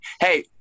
Hey